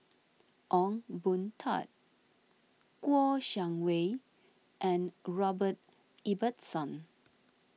Ong Boon Tat Kouo Shang Wei and Robert Ibbetson